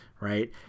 right